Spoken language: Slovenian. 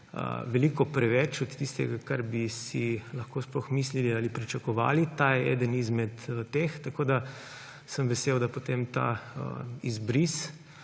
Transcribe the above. veliko preveč od tistega, kar bi si lahko sploh mislili ali pričakovali. Ta je eden izmed teh. Vesel sem, da potem ta izbris,